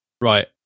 Right